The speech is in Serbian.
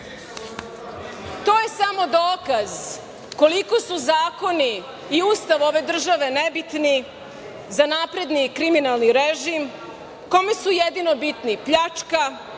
To je samo dokaz koliko su zakoni i Ustav ove države nebitni za napredni kriminalni režim kome su jedino bitni pljačka,